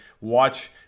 watch